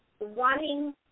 wanting